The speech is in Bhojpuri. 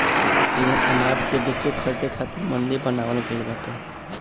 इहा अनाज के बेचे खरीदे खातिर मंडी बनावल गइल बाटे